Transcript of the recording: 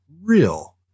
real